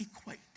equate